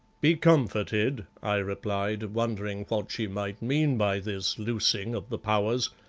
be comforted, i replied, wondering what she might mean by this loosing of the powers.